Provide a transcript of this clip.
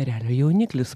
erelio jauniklis